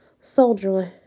soldierly